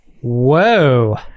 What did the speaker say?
Whoa